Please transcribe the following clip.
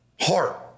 heart